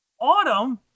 Autumn